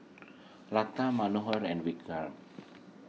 Lata Manohar and Vikram